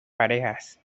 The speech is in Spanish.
parejas